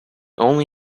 only